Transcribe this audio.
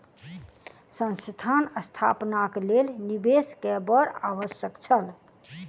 संस्थान स्थापनाक लेल निवेश के बड़ आवश्यक छल